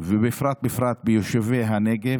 ובפרט בפרט ביישובי הנגב,